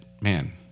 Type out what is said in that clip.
man